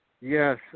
Yes